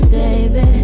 baby